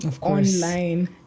online